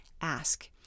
ask